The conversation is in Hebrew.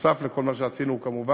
נוסף על כל מה שעשינו כמובן,